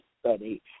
study